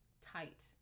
tight